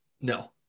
No